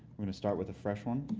i'm going to start with a fresh one.